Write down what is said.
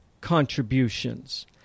contributions